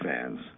fans